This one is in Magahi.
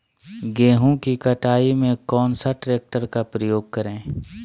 गेंहू की कटाई में कौन सा ट्रैक्टर का प्रयोग करें?